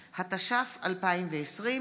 שרן מרים השכל,